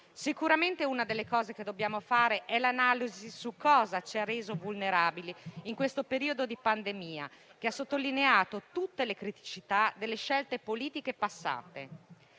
Sicuramente una delle cose che dobbiamo fare è un'analisi di cosa ci ha reso vulnerabili in questo periodo di pandemia, che ha sottolineato tutte le criticità delle scelte politiche passate.